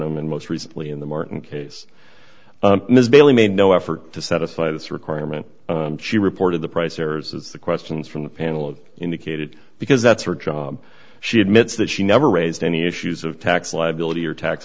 farnum and most recently in the martin case ms bailey made no effort to satisfy this requirement she reported the price errors as the questions from the panel of indicated because that's her job she admits that she never raised any issues of tax liability or tax